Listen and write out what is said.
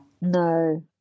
No